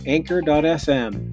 Anchor.fm